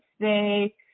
say